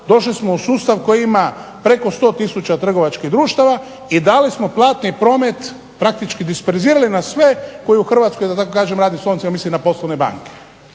Došli smo u sustav koji ima preko 100000 trgovačkih društava i dali smo platni promet, praktički disperzirali na sve koji u Hrvatskoj da tako kažem radi s novcima. Mislim na poslovne banke.